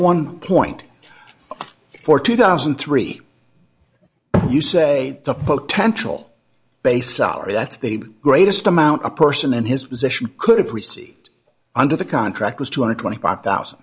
one point four two thousand and three you say the potential base salary i think the greatest amount a person in his position could have received under the contract was two hundred twenty five thousand